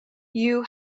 you